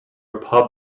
pub